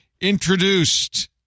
introduced